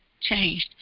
changed